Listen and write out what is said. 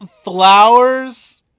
Flowers